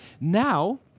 Now